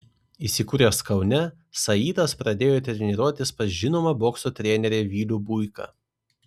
įsikūręs kaune saitas pradėjo treniruotis pas žinomą bokso trenerį vilių buiką